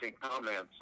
comments